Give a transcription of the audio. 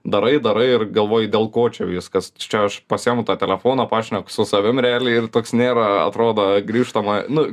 darai darai ir galvoji dėl ko čia viskas čia aš pasiimu tą telefoną pašneku su savim realiai ir toks nėra atrodo grįžtamojo nu